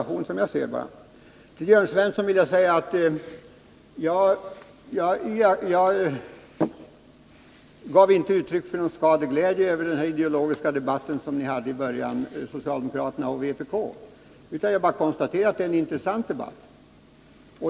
Till Jörn Svensson vill jag säga att jag inte gav uttryck för någon skadeglädje över den ideologiska debatten mellan Jörn Svensson och Ingvar Svanberg. Jag bara konstaterade att det var en intressant debatt.